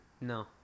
No